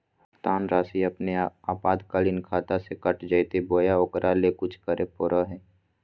भुक्तान रासि अपने आपातकालीन खाता से कट जैतैय बोया ओकरा ले कुछ करे परो है?